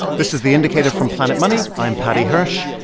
this is the indicator from planet money. i'm paddy hirsch.